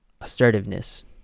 assertiveness